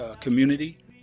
community